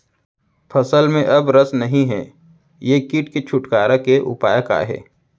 फसल में अब रस नही हे ये किट से छुटकारा के उपाय का हे?